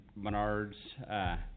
Menards